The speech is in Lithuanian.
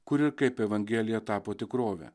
kuri ir kaip evangelija tapo tikrove